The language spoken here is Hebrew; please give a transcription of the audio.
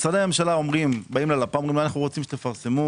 משרדי הממשלה אומרים ללפ"ם: אנו רוצים שתפרסמו